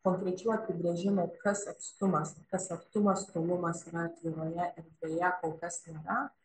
konkrečių apibrėžimų kas atstumas kas atstumas tolumas yra atviroje erdvėje kol kas nėra